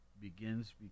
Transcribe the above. begins